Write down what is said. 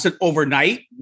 overnight